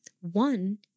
One